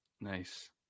nice